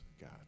God